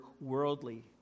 worldly